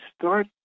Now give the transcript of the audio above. start